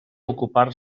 ocupar